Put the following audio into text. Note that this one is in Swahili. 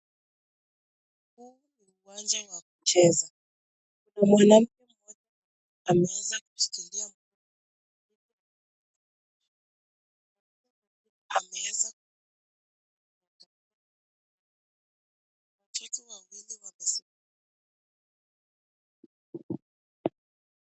Huu ni mwanzo wa kucheza. Kuna mwanamke mmoja ameanza kushikilia mkono mtoto ameanza ameanza ameweza ku watoto wawili wamesimama